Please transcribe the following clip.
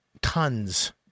Tons